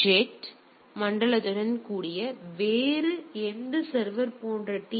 jet மண்டலத்துடன் கூடிய வேறு எந்த சர்வர் போன்ற டி